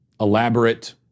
elaborate